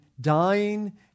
dying